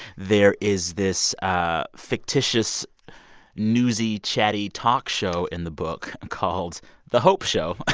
there is this ah fictitious newsy, chatty talk show in the book called the hope show,